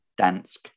Dansk